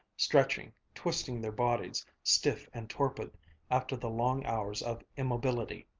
stretching, twisting their bodies, stiff and torpid after the long hours of immobility.